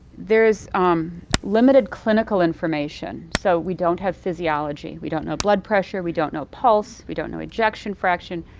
there is limited clinical information, so we don't have physiology, we don't know blood pressure, we don't know pulse, we don't know ejection fraction,